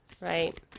right